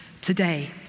today